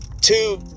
two